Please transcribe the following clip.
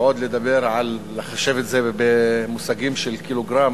ועוד לחשב את זה במושגים של קילוגרם,